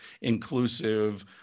inclusive